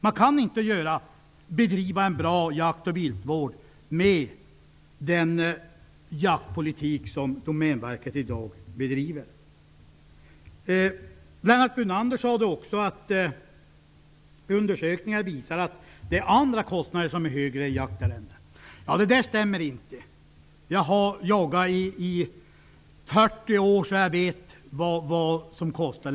Man kan inte bedriva en bra jakt och viltvård med den jaktpolitik som Lennart Brunander sade också att det finns undersökningar som visar att det är andra kostnader som är högre än jaktarrendena. Det stämmer inte. Jag har jagat i 40 år, så jag vet vad det är som kostar.